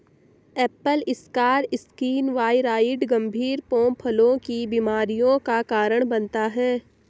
Apple scar skin viroid गंभीर pome फलों की बीमारियों का कारण बनता है